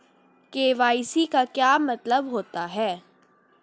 KYC का क्या मतलब होता है?